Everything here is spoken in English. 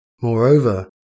Moreover